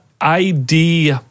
ID